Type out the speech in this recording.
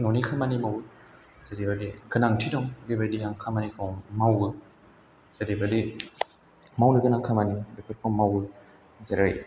न'नि खामानि मावो जेरैबादि गोनांथि दं बेबादि आं खामानिखौ मावो जेरैबादि मावनो गोनां खामानि बेफोरखौ मावो जेरै